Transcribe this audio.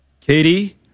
Katie